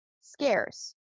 scarce